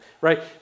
right